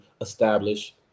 establish